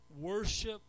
Worship